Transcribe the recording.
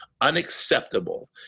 unacceptable